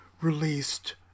released